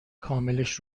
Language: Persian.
کاملش